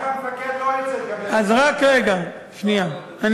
ומה אם המפקד לא ירצה, רק רגע, שנייה.